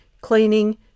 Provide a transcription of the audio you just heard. cleaning